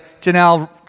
Janelle